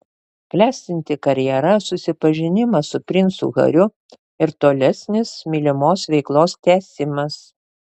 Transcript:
klestinti karjera susipažinimas su princu hariu ir tolesnis mylimos veiklos tęsimas